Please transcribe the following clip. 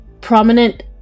prominent